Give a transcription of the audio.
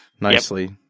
nicely